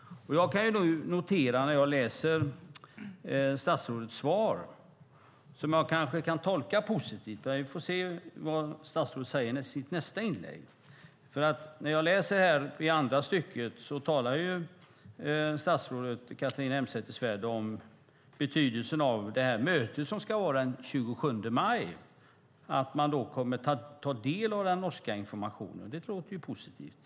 Jag kan då notera när jag läser andra stycket i statsrådets svar, som jag kanske kan tolka positivt - vi får se vad statsrådet säger i sitt nästa inlägg - att statsrådet Catharina Elmsäter-Svärd talar om betydelsen av det möte som ska äga rum den 27 maj och att man då kommer att ta del av den norska informationen. Det låter ju positivt.